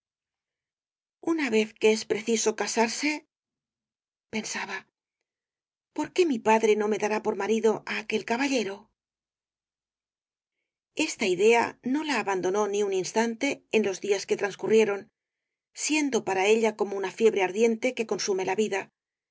una vez que es preciso casarse pensaba por qué mi padre no me dará por marido á aquel caballero esta idea no la abandonó ni un instante en los días que transcurrieron siendo para ella como una fiebre ardiente que consume la vida